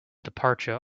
departure